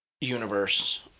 universe